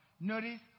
Notice